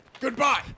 Goodbye